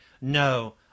no